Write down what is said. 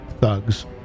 thugs